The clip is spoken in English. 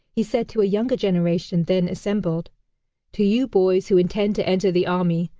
he said to a younger generation then assembled to you boys who intend to enter the army,